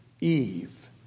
Eve